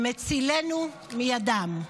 "מצילנו מידם".